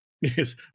Yes